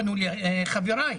פנו לחבריי.